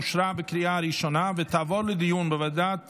אושרה בקריאה ראשונה ותעבור לדיון לוועדת